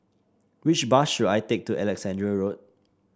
which bus should I take to Alexandra Road